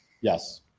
Yes